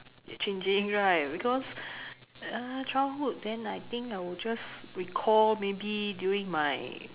changing right because uh childhood then I think I will just recall maybe during my